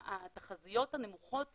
התחזיות הנמוכות